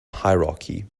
hierarchy